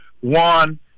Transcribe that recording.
one